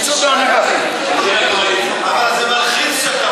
אבל זה מלחיץ כשאתה עומד.